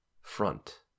front